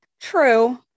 True